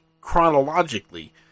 chronologically